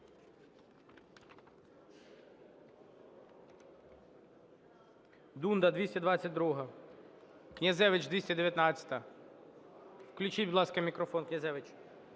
Дунда, 222-а. Князевич, 219-а. Включіть, будь ласка, мікрофон Князевичу.